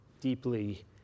deeply